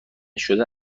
شده